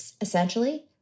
essentially